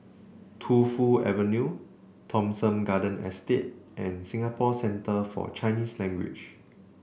Tu Fu Avenue Thomson Garden Estate and Singapore Centre For Chinese Language